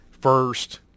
first